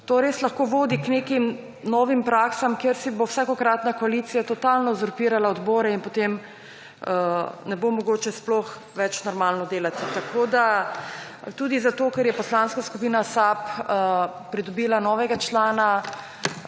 To res lahko vodi k nekim novim praksam, kjer si bo vsakokratna koalicija totalno uzurpirala odbora in potem ne bo mogoče sploh več normalno delati. Tudi zato, ker je Poslanska skupina SAB pridobila novega člana